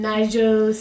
Nigel